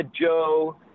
Joe –